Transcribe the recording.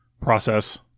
process